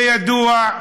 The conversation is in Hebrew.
זה ידוע,